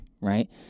right